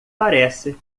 parece